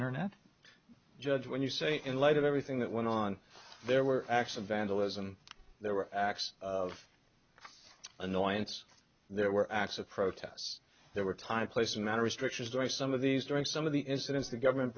internet judge when you say in light of everything that went on there were acts of vandalism there were acts of annoyance there were acts of protests there were time place and manner restrictions during some of these during some of the incidents the government